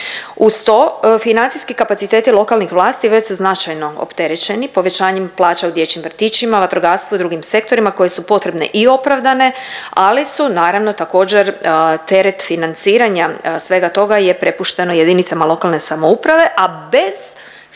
Uz to financijski kapaciteti lokalnih vlasti već su značajno opterećeni povećanjem plaća u dječjim vrtićima, vatrogastvu i drugim sektorima koje su potrebne i opravdane, ali su naravno također teret financiranja svega toga je prepušteno jedinice lokalne samouprave, a bez pojačavanja